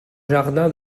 jardin